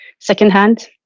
secondhand